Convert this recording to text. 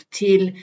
till